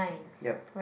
yup